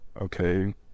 okay